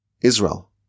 Israel